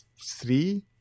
three